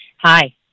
Hi